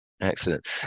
Excellent